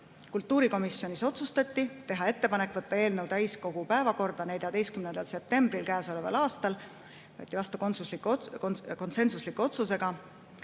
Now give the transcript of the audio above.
Kultuurikomisjonis otsustati teha ettepanek võtta eelnõu täiskogu päevakorda 14. septembril käesoleval aastal, see võeti vastu konsensusliku otsusega;